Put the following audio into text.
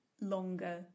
longer